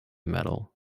metal